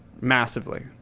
massively